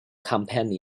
companions